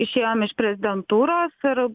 išėjom iš prezidentūros ir